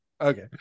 Okay